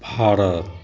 Bharat